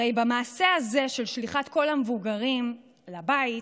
הרי במעשה הזה של שליחת כל המבוגרים הביתה,